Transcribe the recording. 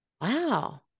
Wow